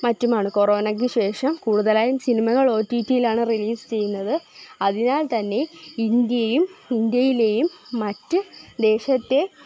മറ്റുമാണ് കോറോണയ്ക്ക് ശേഷം കൂടുതലായും സിനിമകൾ ഒ ടി ടിയിലാണ് റിലീസ് ചെയ്യുന്നത് അതിനാൽ തന്നെ ഇന്ത്യയും ഇന്ത്യയിലെയും മറ്റ് ദേശത്തെ